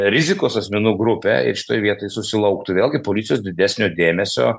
rizikos asmenų grupę ir šitoj vietoj susilauktų vėlgi policijos didesnio dėmesio